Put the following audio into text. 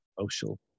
Social